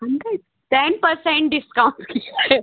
पन्द्रा ten percent discount किया है